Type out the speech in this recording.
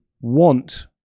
want